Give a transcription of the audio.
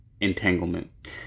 entanglement